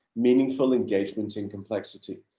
meaningful engagement in complexity.